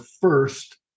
first